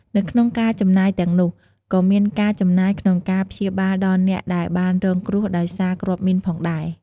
នៅក្នុងការចំណាយទាំងនោះ ក៏មានការចំណាយក្នុងការព្យាបាលដល់អ្នកដែលបានរងគ្រោះដោយសារគ្រាប់មីនផងដែរ។